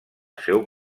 seu